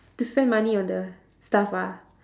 to spend money on the stuff ah